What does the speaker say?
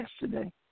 yesterday